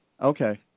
Okay